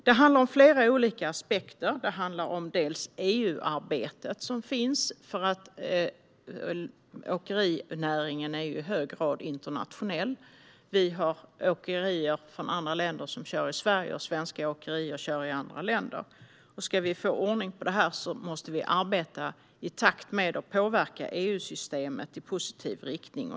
Det handlar om flera olika aspekter, bland annat ett EU-arbete. Åkerinäringen är ju i hög grad internationell. Vi har åkerier från andra länder som kör i Sverige, och svenska åkerier kör i andra länder. Ska vi få ordning på det här måste vi arbeta i takt med och påverka EU-systemet i positiv riktning.